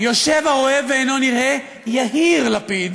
יהיר לפיד